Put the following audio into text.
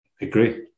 Agree